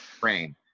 brain